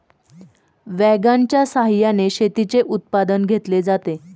वॅगनच्या सहाय्याने शेतीचे उत्पादन घेतले जाते